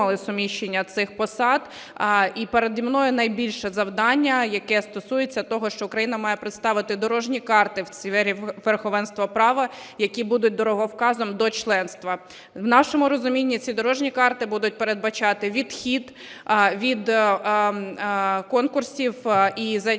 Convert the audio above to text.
В нашому розумінні ці дорожні карти будуть передбачати відхід від конкурсів і зайняття